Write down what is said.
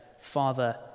Father